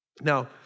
Now